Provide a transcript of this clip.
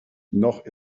noch